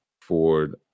Ford